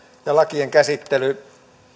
ja lakien käsittely